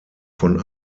von